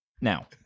now